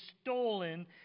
stolen